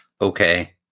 okay